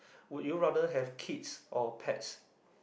would you rather have kids or pets